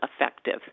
effective